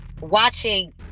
watching